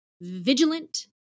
vigilant